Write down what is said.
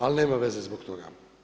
Ali, nema veze zbog toga.